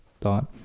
thought